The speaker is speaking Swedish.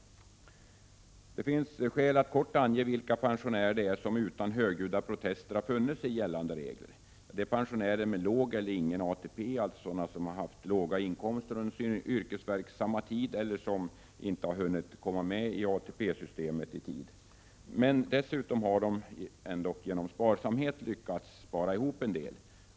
Det finns skäl att kort ange vilka pensionärer det är som utan högljudda protester har funnit sig i de gällande reglerna. Det är pensionärer med låg eller ingen ATP, alltså sådana som haft låga inkomster under sin yrkesverksamma tid, som inte har hunnit komma med i ATP-systemet i tid, men som genom sparsamhet lyckats spara ihop en del.